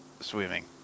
swimming